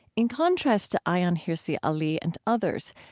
in contrast to ayaan hirsi ali and others,